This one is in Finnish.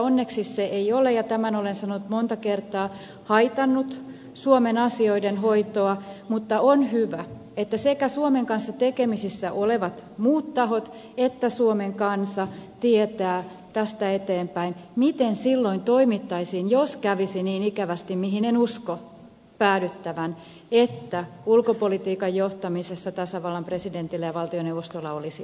onneksi se ei ole ja tämän olen sanonut monta kertaa haitannut suomen asioiden hoitoa mutta on hyvä että sekä suomen kanssa tekemisissä olevat muut tahot että suomen kansa tietävät tästä eteenpäin miten silloin toimittaisiin jos kävisi niin ikävästi mihin en usko päädyttävän että ulkopolitiikan johtamisessa tasavallan presidentillä ja valtioneuvostolla olisi eri linja